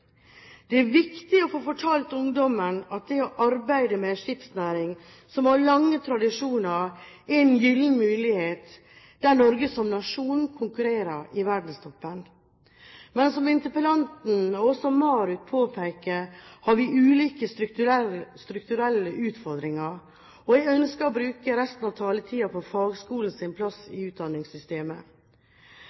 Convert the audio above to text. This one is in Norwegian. Det er viktig å få fortalt ungdommen at det å arbeide med en skipsnæring som har lange tradisjoner, er en gyllen mulighet – der Norge som nasjon konkurrerer i verdenstoppen. Men som interpellanten og også MARUT påpeker, har vi ulike strukturelle utfordringer, og jeg ønsker å bruke resten av taletiden på fagskolens plass i utdanningssystemet.